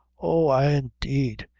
oh, ay, indeed!